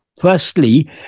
Firstly